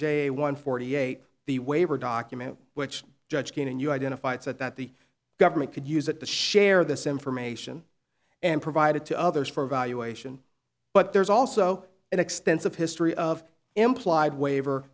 j one forty eight the waiver document which judge again and you identify it said that the government could use it to share this information and provide it to others for evaluation but there's also an extensive history of implied waiver